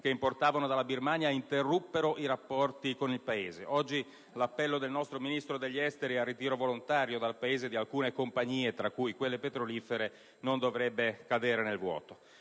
che importavano dalla Birmania interruppero i rapporti con il Paese. Oggi, l'appello del nostro Ministro degli esteri al ritiro volontario dal Paese di alcune compagnie, tra cui quelle petrolifere, non dovrebbe cadere nel vuoto.